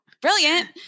Brilliant